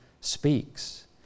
speaks